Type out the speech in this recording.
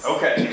Okay